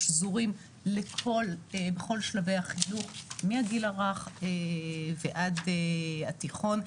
שזורים בכל שלבי החינוך מהגיל הרך ועד התיכון.